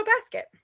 basket